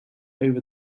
over